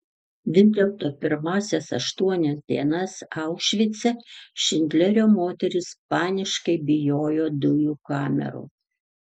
vis dėlto pirmąsias aštuonias dienas aušvice šindlerio moterys paniškai bijojo dujų kamerų